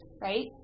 right